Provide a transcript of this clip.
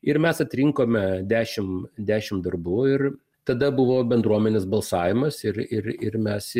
ir mes atrinkome dešimt dešimt darbų ir tada buvo bendruomenės balsavimas ir ir ir mes